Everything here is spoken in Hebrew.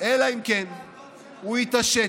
אלא אם כן הוא יתעשת,